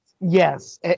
yes